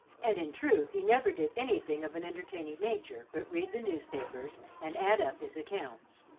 and in truth he never did anything of an entertaining nature but read the newspapers and add up his accounts.